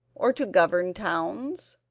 or to govern towns?